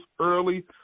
early